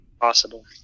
possible